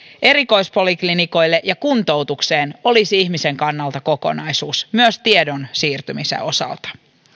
erikoispoliklinikoille ja kuntoutukseen olisi ihmisen kannalta kokonaisuus myös tiedon siirtymisen osalta